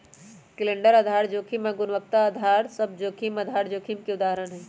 calendar आधार जोखिम आऽ गुणवत्ता अधार सभ जोखिम आधार जोखिम के उदाहरण हइ